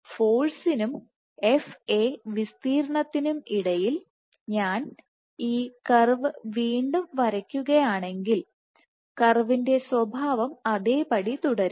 ഫോഴ്സിനും വിസ്തീർണത്തിനുംFA ഇടയിൽ ഞാൻ ഈ കർവ് വീണ്ടും വരയ്ക്കുകയാണെങ്കിൽ കർവിന്റെ സ്വഭാവം അതേപടി തുടരും